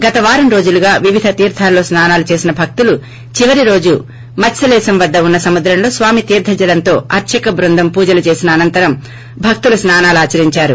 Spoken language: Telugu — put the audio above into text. గత వారం రోజులుగా వివిధ తీర్రాల్లో స్పానాలు చేసిన భక్తులు చివరి రోజు మత్యలేశం వద్ద ఉన్న సముద్రంలో స్వామి తీర్ణ జలంతో అర్చక బృందం పూజలు చేసిన అనంతరం భక్తులు స్పానాలు ఆచరించారు